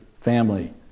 family